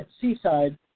Seaside